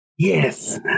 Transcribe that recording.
Yes